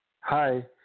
Hi